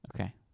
okay